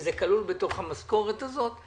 וזה כלול בתוך המשכורת הזאת.